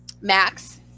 Max